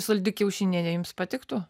saldi kiaušinienė jums patiktų